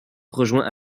rejoint